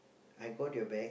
I got your back